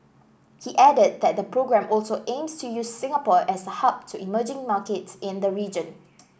he added that the programme also aims to use Singapore as a hub to emerging markets in the region